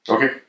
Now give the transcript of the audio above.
Okay